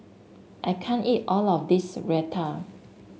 I can't eat all of this Raita